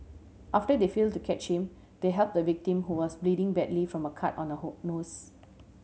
after they failed to catch him they helped the victim who was bleeding badly from a cut on the her nose